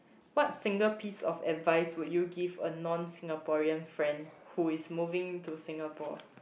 what single piece of advice will you give a non Singaporean friend who is moving to Singapore